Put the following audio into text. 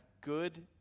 good